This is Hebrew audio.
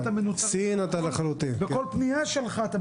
בסין אתה מנוטר בכל פניה שלך,